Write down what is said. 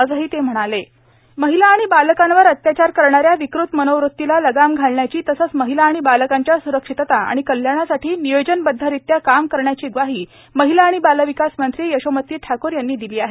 यशोमती ठाकूर महिला आणि बालकांवर अत्याचार करणाऱ्या विकृत मनोवृत्तीला लगाम घालण्याची तसंच महिला आणि बालकांच्या सूरक्षितता आणि कल्याणासाठी नियोजनबद्धरित्या काम करण्याची ग्वाही महिला आणि बालविकास मंत्री यशोमती ठाकूर यांनी दिली आहे